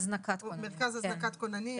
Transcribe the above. הזנקת כוננים, כן.